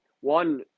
one